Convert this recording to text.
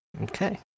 Okay